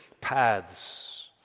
paths